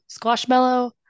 squashmallow